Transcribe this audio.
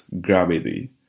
gravity